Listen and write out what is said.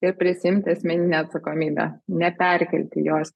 ir prisiimti asmeninę atsakomybę neperkelti jos